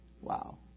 Wow